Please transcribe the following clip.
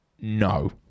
No